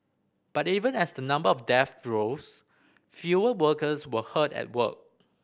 but even as the number of deaths rose fewer workers were hurt at work